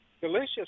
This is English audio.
delicious